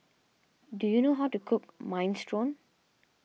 do you know how to cook Minestrone